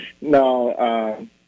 No